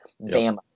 Bama